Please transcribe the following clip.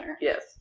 Yes